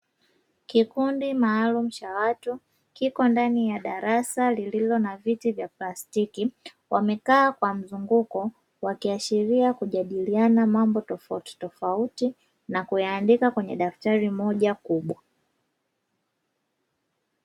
Kikundi maalumu cha watu kiko ndani ya darasa lililo na viti vya plastiki, wamekaa kwa mzunguko wakiashiria kujadiliana mambo tofautitofauti na kuyandika kwenye daftari moja kubwa.